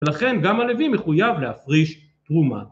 לכן גם הלוי מחויב להפריש תרומה.